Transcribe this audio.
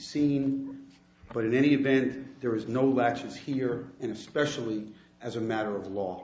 seen but in any event there is no latches here and especially as a matter of law